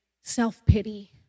self-pity